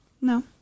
No